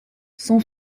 son